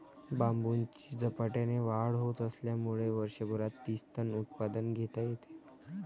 बांबूची झपाट्याने वाढ होत असल्यामुळे वर्षभरात तीस टन उत्पादन घेता येते